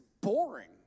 boring